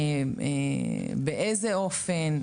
באיזה אופן,